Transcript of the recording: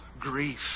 grief